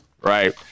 right